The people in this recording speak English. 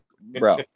bro